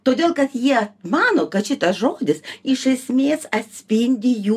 todėl kad jie mano kad šitas žodis iš esmės atspindi jų